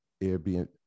Airbnb